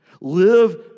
Live